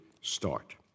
start